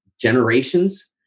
generations